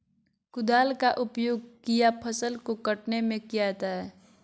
कुदाल का उपयोग किया फसल को कटने में किया जाता हैं?